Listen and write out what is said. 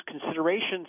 considerations